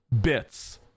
bits